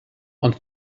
ond